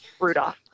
Rudolph